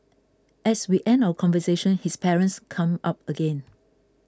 as we end our conversation his parents come up again